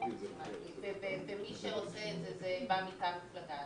מועמד, מי שעושה את זה הוא מטעם מפלגה-